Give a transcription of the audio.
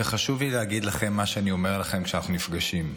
וחשוב לי להגיד לכם מה שאני אומר לכם כשאנחנו נפגשים.